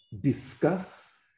discuss